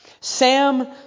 Sam